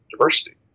diversity